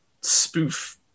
spoof